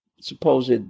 supposed